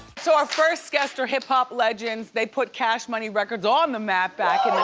so our first guests are hip hop legends, they put cash money records on the map back in the